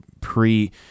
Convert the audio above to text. pre